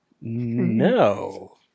No